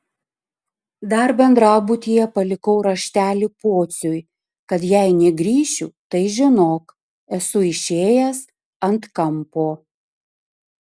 dar bendrabutyje palikau raštelį pociui kad jei negrįšiu tai žinok esu išėjęs ant kampo